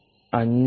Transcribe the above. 0